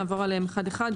נעבור עליהם אחד אחד.